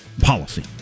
policy